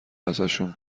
ازشون